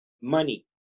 money